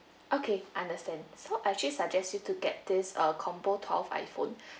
okay understand so I actually suggest you to get this uh combo twelve iPhone